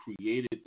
created